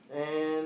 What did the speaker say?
and